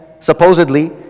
Supposedly